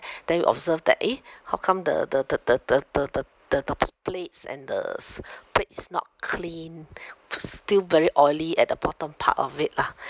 then we observed that eh how come the the the the the the the the tops plates and the s~ plate is not clean still very oily at the bottom part of it lah